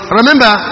remember